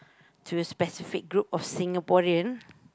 to specific group of Singaporean